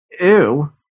Ew